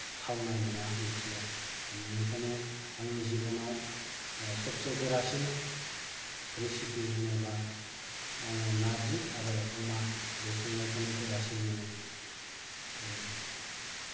थावनाय नङा ओंख्रिया बेनिखायनो आंनि जिबनाव सबसे गोरासिन रेसिपि होनोब्ला आङो नार्जि आरो अमा बे संनायखौनो गोरासिन मोनो बेनि